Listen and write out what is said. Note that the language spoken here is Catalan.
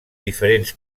diferents